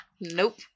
Nope